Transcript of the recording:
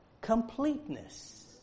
completeness